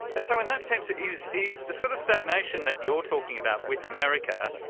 ah so in that sense, is is the sort of stagnation that you're talking about with america,